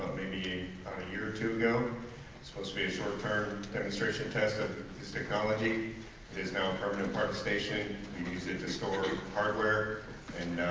maybe um a year or two ago supposed to be a short-term demonstration test of his technology is now a permanent part of station you use it to store the hardware and